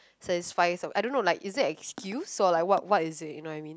satisfy I don't know like is it an excuse or like what what is it you know I mean